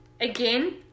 again